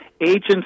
agents